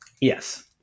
yes